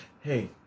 Hey